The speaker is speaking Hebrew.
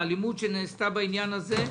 האלימות שנעשתה בעניין הזה.